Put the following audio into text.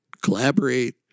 collaborate